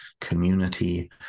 community